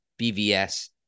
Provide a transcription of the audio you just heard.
BVS